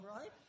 right